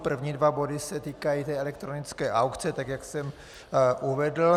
První dva body se týkají elektronické aukce, tak jak jsem uvedl.